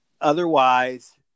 Otherwise